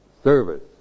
Service